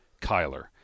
Kyler